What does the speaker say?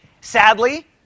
Sadly